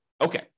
okay